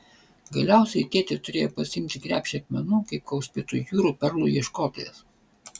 galiausiai tėtė turėjo pasiimti krepšį akmenų kaip koks pietų jūrų perlų ieškotojas